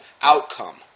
outcome